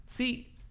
See